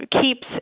keeps